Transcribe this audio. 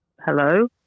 Hello